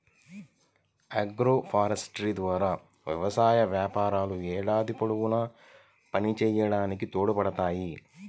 agroforestry ద్వారా వ్యవసాయ వ్యాపారాలు ఏడాది పొడవునా పనిచేయడానికి తోడ్పడతాయి